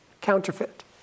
counterfeit